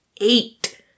eight